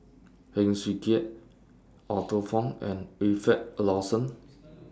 Heng Swee Keat Arthur Fong and Wilfed Lawson